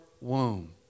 womb